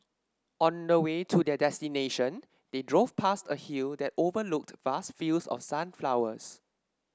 on the way to their destination they drove past a hill that overlooked vast fields of sunflowers